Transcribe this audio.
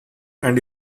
and